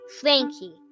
Frankie